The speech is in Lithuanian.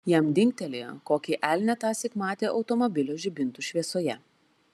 jam dingtelėjo kokį elnią tąsyk matė automobilio žibintų šviesoje